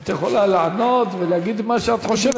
את יכולה לענות, להגיד מה שאת חושבת.